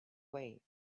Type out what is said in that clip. way